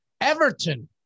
Everton